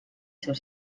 seus